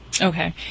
Okay